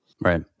Right